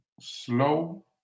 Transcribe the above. Slow